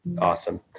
Awesome